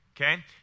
Okay